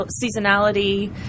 seasonality